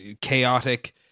chaotic